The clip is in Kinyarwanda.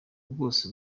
bwose